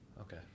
okay